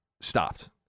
stopped